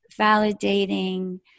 validating